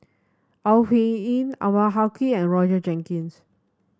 Au Hing Yee Anwarul Haque and Roger Jenkins